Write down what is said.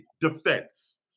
defense